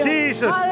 Jesus